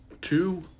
two